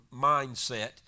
mindset